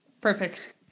Perfect